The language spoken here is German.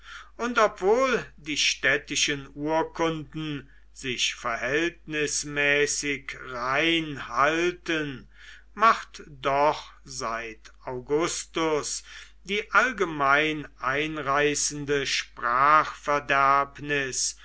und obwohl die städtischen urkunden sich verhältnismäßig rein halten macht doch seit augustus die allgemein einreißende sprachverderbnis